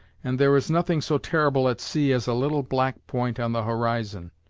and there is nothing so terrible at sea as a little black point on the horizon.